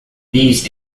these